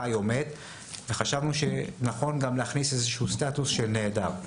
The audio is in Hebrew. חי או מת וחשבנו שנכון גם להכניס איזשהו סטטוס של נעדר.